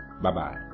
Bye-bye